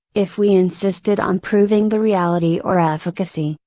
if we insisted on proving the reality or efficacy,